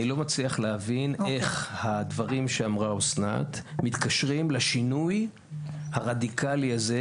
אני לא מצליח להבין איך הדברים שאמרה אסנת מתקשרים לשינוי הרדיקלי הזה,